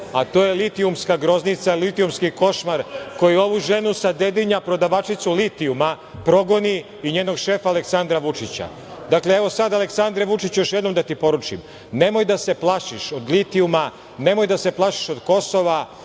a to je litijumska groznica, litijumski košmar koji ovu ženu sa Dedinja, prodavačicu litijuma, progoni i njenog šefa Aleksandrra Vučića. Dakle, sad, Aleksandre Vučiću, još jednom da ti poručim – nemoj da se plašiš od litijuma, nemoj da se plašiš od Kosova,